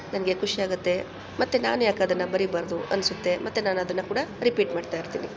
ನನಗೆ ಖುಷಿಯಾಗುತ್ತೆ ಮತ್ತೆ ನಾನ್ಯಾಕೆ ಅದನ್ನು ಬರಿಬಾರ್ದು ಅನ್ನಿಸುತ್ತೆ ಮತ್ತೆ ನಾನು ಅದನ್ನು ಕೂಡ ರಿಪೀಟ್ ಮಾಡ್ತಾಯಿರ್ತೀನಿ